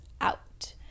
out